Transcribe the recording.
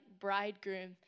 bridegroom